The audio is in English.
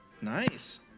Nice